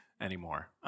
anymore